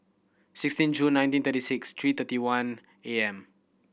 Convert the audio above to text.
sixteen June nineteen thirty six three thirty one A M